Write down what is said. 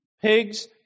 Pigs